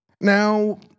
Now